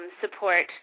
support